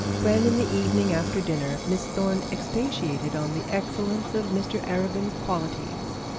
when in the evening after dinner miss thorne expatiated on the excellence of mr arabin's qualities,